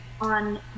on